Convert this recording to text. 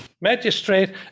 magistrate